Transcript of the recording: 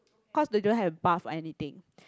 cause they don't have bath or anything